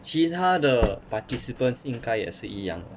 其他的 participants 应该也是一样的